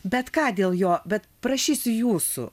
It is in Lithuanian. bet ką dėl jo bet prašysiu jūsų